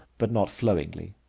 but not flowingly.